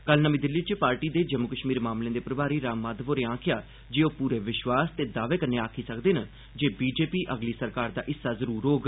कल नमीं दिल्ली च पार्टी दे जम्मू कश्मीर मामले दे प्रमारी राम माधव होरें आखेआ जे ओह् पूरे विश्वास ते दावे कन्नै आखी सकदे न जे बीजेपी अगली सरकार दा हिस्सा जरूर होग